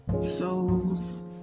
Souls